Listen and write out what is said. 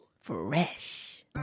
Fresh